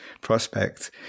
prospect